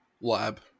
lab